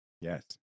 Yes